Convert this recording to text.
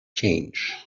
change